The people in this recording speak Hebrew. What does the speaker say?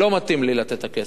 לא מתאים לי לתת את הכסף.